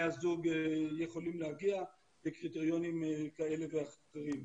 הזוג יכולים להגיע בקריטריונים כאלה ואחרים.